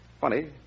Funny